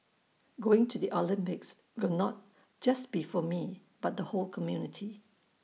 going to the Olympics will not just be for me but the whole community